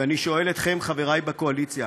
ואני שואל אתכם, חברי בקואליציה: